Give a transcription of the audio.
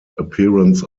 appearance